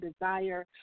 desire